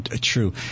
true